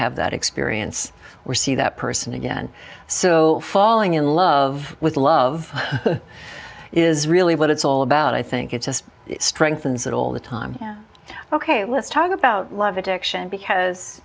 have that experience or see that person again so falling in love with love is really what it's all about i think it's just strengthens it all the time yeah ok let's talk about love addiction because